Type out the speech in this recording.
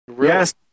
Yes